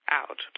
out